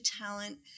talent